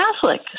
Catholic